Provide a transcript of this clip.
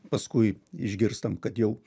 paskui išgirstam kad jau